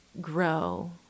grow